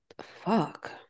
Fuck